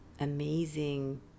amazing